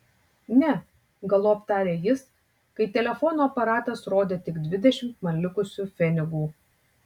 ne galop tarė jis kai telefono aparatas rodė tik dvidešimt man likusių pfenigų